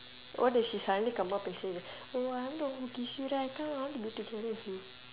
what if she suddenly come up and say that oh I'm the one who kiss you right come I want to be together with you